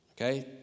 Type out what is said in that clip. Okay